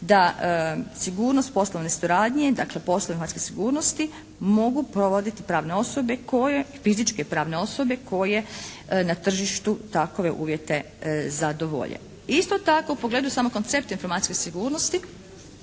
da sigurnost poslovne suradnje, dakle poslove informacijske sigurnosti mogu provoditi pravne osobe, fizičke i pravne osobe koje na tržištu takove uvjete zadovolje. Isto tako, u pogledu samo koncepta informacijske sigurnosti